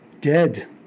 dead